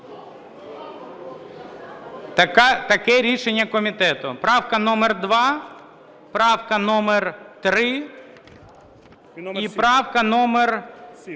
Таке рішення комітету: правка номер 2, правка номер 3 і правка номер 7.